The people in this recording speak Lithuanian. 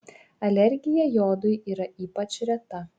alergija jodui yra ypač reta